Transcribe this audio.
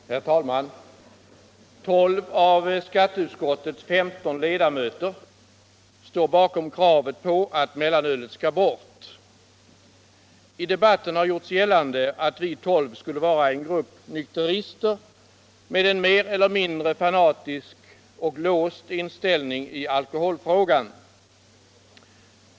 Herr talman! Tolv av skatteutskottets femton ledamöter står bakom kravet på att mellanölet skall bort. I debatten har gjorts gällande att vi tolv skulle vara en grupp nykterister med en mer eller mindre fanatisk och låst inställning i alkoholfrågan.